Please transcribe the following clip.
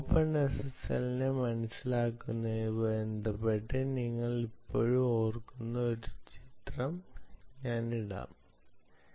ഓപ്പൺഎസ്എസ്എല്ലിനെ മനസിലാക്കുന്നതുമായി ബന്ധപ്പെട്ട് നിങ്ങള്ക്ക് ഇപ്പോഴും ഓര്മിക്കാവുന്ന ഒരു ചിത്രം ഞാൻ ഇടും